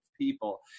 people